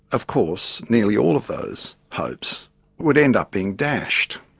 of course, nearly all of those hopes would end up being dashed.